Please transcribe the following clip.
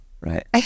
Right